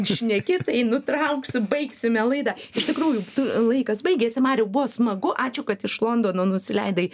šneki tai nutrauksiu baigsime laidą iš tikrųjų laikas baigėsi mariau buvo smagu ačiū kad iš londono nusileidai